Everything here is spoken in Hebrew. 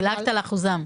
דילגת על אחוזם.